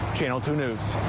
channel two news.